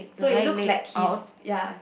so it looks like he's ya